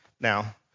Now